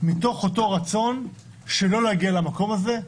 כנראה מתוך אותו רצון שלא להגיע למקום הזה,